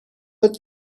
but